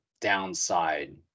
downside